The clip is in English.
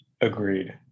Agreed